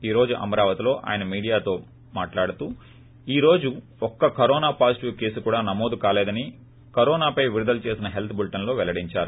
ఈ రోజు అమరావతిలో ఆయన మీడియాతో మాట్లాడుతూ ఈ రోజు ఒక్క కరోనా పాజిటివ్ కేసు కూడా నమోదు కాలేదని కరోనాపై విడుదల చేసిన హెల్త్ బులెటిన్లో పెల్లడిందారు